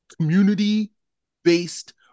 community-based